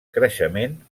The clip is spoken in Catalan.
creixement